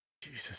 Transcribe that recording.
Jesus